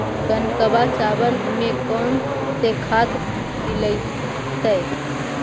कनकवा चावल में कौन से खाद दिलाइतै?